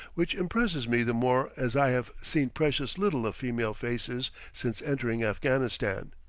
which impresses me the more as i have seen precious little of female faces since entering afghanistan.